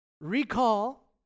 Recall